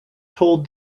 told